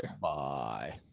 Bye